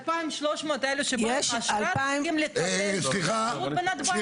2,300 האלו שבאו עם אשרה צריכים לקבל תעודת זהות בנתב"ג.